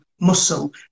muscle